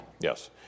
Yes